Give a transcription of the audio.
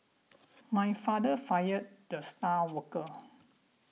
my father fired the star worker